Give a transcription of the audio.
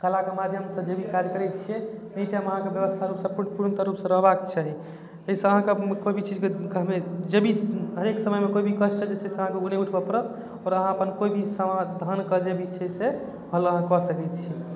कलाके माध्यमसँ जे भी काज करै छिए एनी टाइम अहाँके बेबस्था पूर्णतः रूपसँ रहबाके चाही एहिसँ अहाँके कोइ भी चीजमे कहबै हरेक समयमे कोइ भी कष्ट छै से अहाँके नहि उठबै पड़त आओर अहाँ अपन कोइ भी समान धनके जे भी छै से फलाँ कऽ सकै छी